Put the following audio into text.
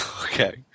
Okay